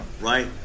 right